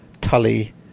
Tully